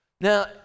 Now